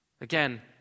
Again